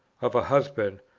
of a husband,